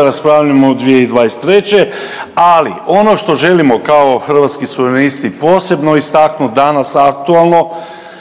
raspravljamo u 2023. Ali ono što želimo kao Hrvatski suverenisti posebno istaknuti danas aktualno